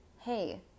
hey